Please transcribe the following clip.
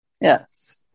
Yes